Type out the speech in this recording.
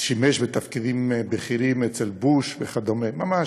שימש בתפקידים בכירים אצל בוש, וכדומה, ממש,